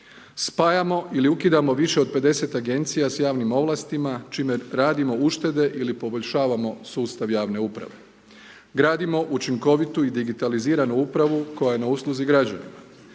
Spajamo ili ukidamo više od 50 agencija s javnim ovlastima čime radimo uštede ili poboljšavamo sustav javne uprave. Gradimo učinkovitu i digitaliziranu upravu koja je na usluzi građanima.